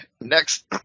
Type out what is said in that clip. Next